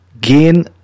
gain